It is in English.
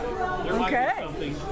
Okay